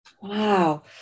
Wow